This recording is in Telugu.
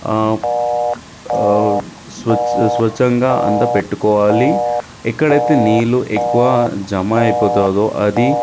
స్వచ్ఛ స్వచ్ఛంగా అంతా పెట్టుకోవాలి ఎక్కడైతే నీళ్ళు ఎక్కువ జమ అయిపోతుందో అది